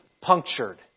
punctured